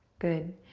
good,